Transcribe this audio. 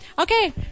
Okay